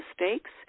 mistakes